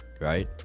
right